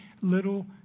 little